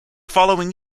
following